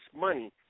money